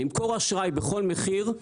למכור אשראי בכל מחיר,